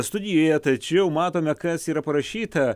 studijoje tačiau matome kas yra parašyta